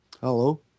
Hello